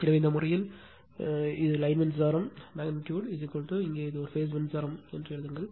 எனவே இந்த விஷயத்தில் எனவே இது லைன் மின்சாரம் அளவு இதேபோல் இங்கே ஒரு பேஸ் மின்சாரம் மாக எழுதுங்கள்